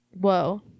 whoa